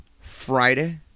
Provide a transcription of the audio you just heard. Friday